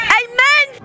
amen